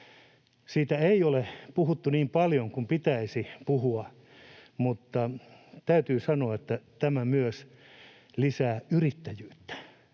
Siitä ei ole puhuttu niin paljon kuin pitäisi puhua, mutta täytyy sanoa, että tämä lisää myös yrittäjyyttä.